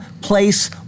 place